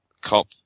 Cop